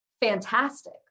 fantastic